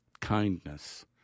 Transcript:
kindness